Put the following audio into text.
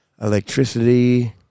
Electricity